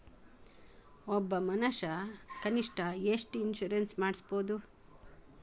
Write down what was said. ಒಬ್ಬ ಮನಷಾ ಕನಿಷ್ಠ ಎಷ್ಟ್ ಇನ್ಸುರೆನ್ಸ್ ಮಾಡ್ಸ್ಬೊದು?